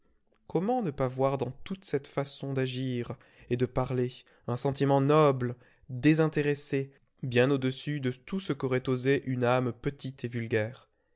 comment ne pas voir dans toute cette façon d'agir et de parler un sentiment noble désintéressé bien au-dessus de tout ce qu'aurait osé une âme petite et vulgaire